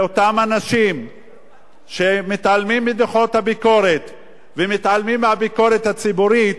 מאותם אנשים שמתעלמים מדוחות הביקורת ומתעלמים מהביקורת הציבורית,